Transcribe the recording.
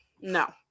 no